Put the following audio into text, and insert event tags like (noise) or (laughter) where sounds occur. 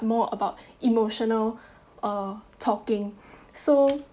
more about emotional (breath) uh talking (breath) so